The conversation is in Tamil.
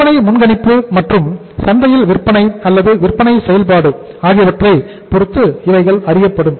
விற்பனை முன்கணிப்பு மற்றும் சந்தையில் விற்பனை அல்லது விற்பனை செயல்பாடு ஆகியவற்றைப் பொறுத்து இவைகள் அறியப்படும்